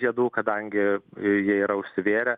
žiedų kadangi jie jie yra užsivėrę